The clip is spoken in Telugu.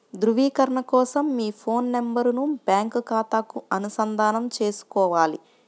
ధ్రువీకరణ కోసం మీ ఫోన్ నెంబరును బ్యాంకు ఖాతాకు అనుసంధానం చేసుకోవాలి